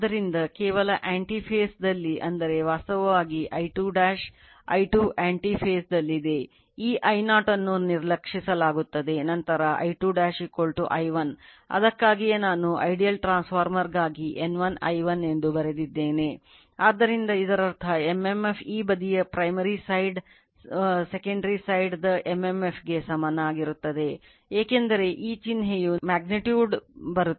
ಆದ್ದರಿಂದ ಕೇವಲ anti phase ಯ 180 ಡಿಗ್ರಿ ವ್ಯತ್ಯಾಸವಾಗಿರುತ್ತದೆ